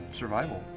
survival